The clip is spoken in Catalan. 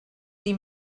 dir